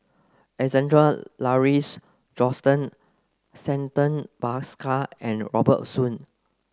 Alexander Lauries Johnston Santha Bhaskar and Robert Soon